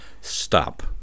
stop